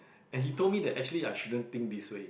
and he told me that actually I shouldn't think this way